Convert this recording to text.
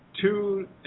Two